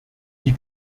wie